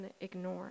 ignore